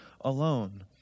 alone